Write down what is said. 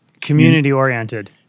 Community-oriented